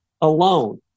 alone